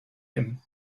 him